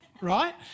right